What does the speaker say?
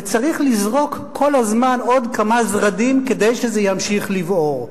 וצריך לזרוק כל הזמן עוד כמה זרדים כדי שזה ימשיך לבעור.